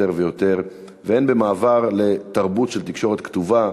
ויותר והן במעבר לתרבות של תקשורת כתובה: